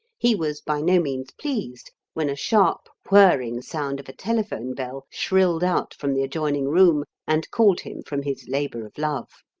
he was by no means pleased when a sharp whirring sound of a telephone bell shrilled out from the adjoining room and called him from his labour of love.